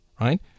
right